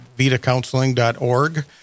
VitaCounseling.org